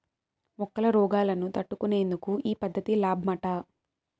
మొక్కల రోగాలను తట్టుకునేందుకు ఈ పద్ధతి లాబ్మట